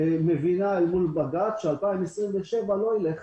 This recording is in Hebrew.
מבינה ש-2027 לא ילך